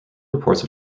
reports